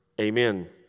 Amen